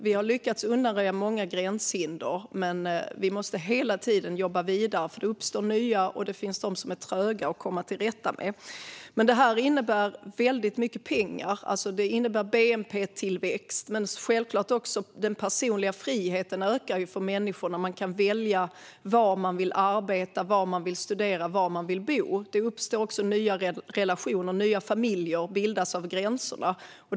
Vi har lyckats undanröja många gränshinder, men vi måste hela tiden jobba vidare, för det uppstår nya. Det finns också gränshinder som är tröga att komma till rätta med. Det här innebär väldigt mycket pengar och bnp-tillväxt. Men självklart ökar också den personliga friheten för människor när man kan välja var man vill arbeta, var man vill studera och var man vill bo. Det uppstår även nya relationer, och nya familjer bildas över gränserna.